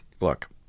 look